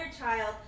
child